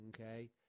okay